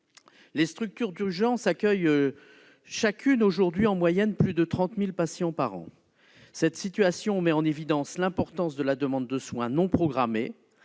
Les structures d'urgence accueillent aujourd'hui, en moyenne, plus de 30 000 patients par an. Cette situation met en évidence l'importance de la demande de soins non programmés